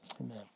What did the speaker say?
Amen